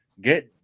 get